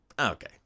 okay